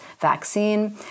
vaccine